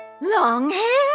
Longhair